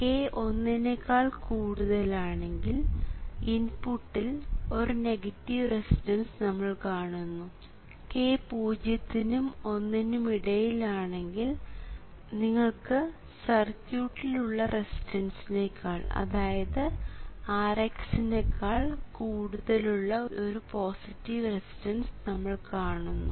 k ഒന്നിനേക്കാൾ കൂടുതലാണെങ്കിൽ ഇൻപുട്ടിൽ ഒരു നെഗറ്റീവ് റെസിസ്റ്റൻസ് നമ്മൾ കാണുന്നു k പൂജ്യത്തിനും ഒന്നിനും ഇടയിലാണെങ്കിൽ നിങ്ങൾക്ക് സർക്യൂട്ടിലുള്ള റെസിസ്റ്ററിനേക്കാൾ അതായത് Rx നേക്കാൾ കൂടുതലുള്ള ഒരു പോസിറ്റീവ് റെസിസ്റ്റൻസ് നമ്മൾ കാണുന്നു